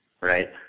right